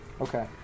Okay